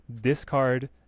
discard